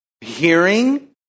Hearing